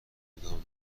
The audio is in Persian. ادامه